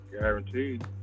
Guaranteed